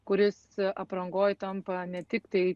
kuris aprangoj tampa ne tik tai